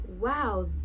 wow